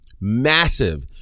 Massive